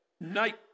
Night